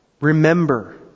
Remember